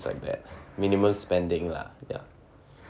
like that minimum spending lah ya